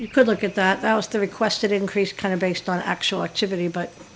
you could look at that that was the requested increase kind of based on actual activity but